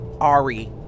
Ari